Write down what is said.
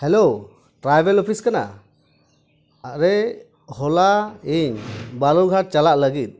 hello tribal office ᱠᱟᱱᱟ ᱟᱨᱮ ᱦᱚᱞᱟ ᱤᱧ ᱵᱟᱞᱩᱨᱜᱷᱟᱴ ᱪᱟᱞᱟᱜ ᱞᱟᱹᱜᱤᱫ